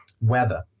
weather